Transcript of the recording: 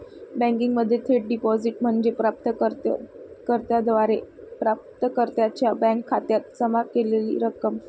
बँकिंगमध्ये थेट डिपॉझिट म्हणजे प्राप्त कर्त्याद्वारे प्राप्तकर्त्याच्या बँक खात्यात जमा केलेली रक्कम